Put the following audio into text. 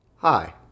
Hi